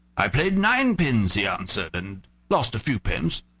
i played ninepins, he answered, and lost a few pence.